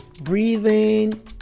Breathing